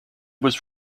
was